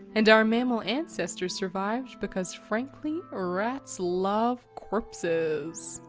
and our mammal ancestors survived because frankly, ah rats love corpses.